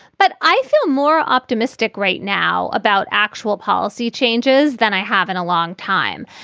but i feel more optimistic right now about actual policy changes than i have in a long time.